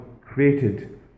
created